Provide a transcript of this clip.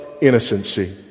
innocency